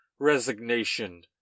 resignation